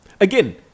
again